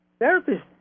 therapists